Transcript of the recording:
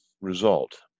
result